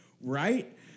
Right